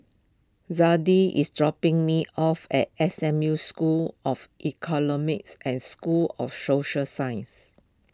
Zadie is dropping me off at S M U School of Economics at School of Social Sciences